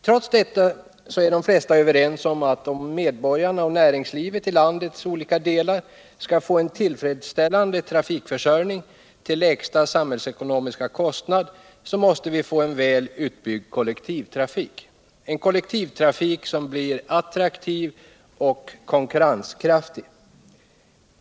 Trots detta är de flesta överens om att ifall medborgarna och näringslivet i landets olika delar skall få en tillfredsställande trafikförsörjning till lägsta samhällsekonomiska kostnad, måste vi få en väl utbyggd kollektivtrafik — en kollektivtrafik som blir attraktiv och konkurrenskraftig.